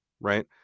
right